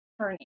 turning